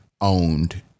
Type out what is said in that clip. owned